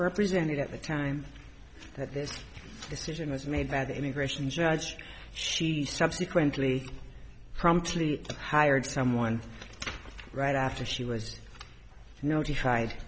represented at the time that this decision was made by the immigration judge she subsequently promptly hired someone right after she was notified